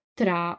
tra